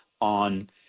on